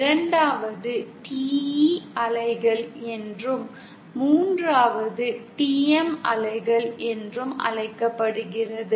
2 வது TE அலைகள் என்றும் 3 வது TM அலைகள் என்றும் அழைக்கப்படுகிறது